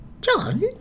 John